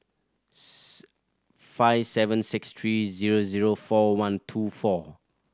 five seven six three zero zero four one two four